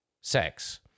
sex